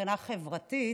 ומבחינה חברתית,